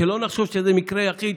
שלא נחשוב שזה מקרה יחיד,